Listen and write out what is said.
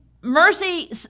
mercy